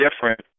different